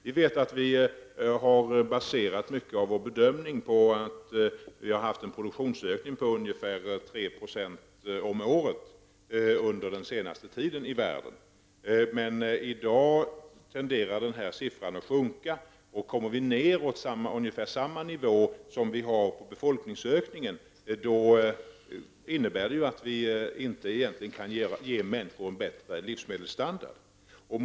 Vi vet att vi har baserat en stor del av vår bedömning på att det har skett en produktionsökning på ungefär 3 20 om året under den senaste tiden i världen. Men i dag tenderar denna siffra att sjunka. Går denna siffra ner till samma nivå som befolkningsökningen, innebär det att vi inte kan ge människorna en bättre livsmedelsstandard.